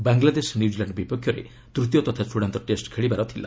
Bangladesh New Zealand ବିପକ୍ଷରେ ତ୍ତୀୟ ତଥା ଚୂଡାନ୍ତ ଟେଷ୍ଟ ଖେଳିବାର ଥିଲା